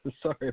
sorry